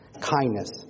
kindness